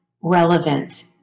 relevant